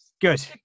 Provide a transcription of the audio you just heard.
Good